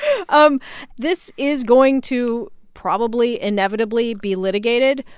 um this is going to probably, inevitably be litigated.